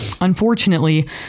Unfortunately